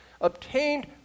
obtained